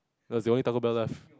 that was the only Taco-Bell left